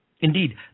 indeed